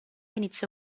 inizio